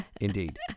Indeed